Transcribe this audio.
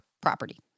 property